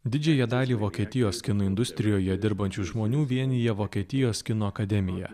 didžiąją dalį vokietijos kino industrijoje dirbančių žmonių vienija vokietijos kino akademija